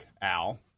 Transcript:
Al